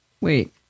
Wait